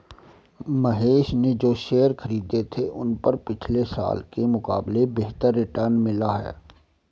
महेश ने जो शेयर खरीदे थे उन पर पिछले साल के मुकाबले बेहतर रिटर्न मिला है